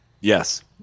Yes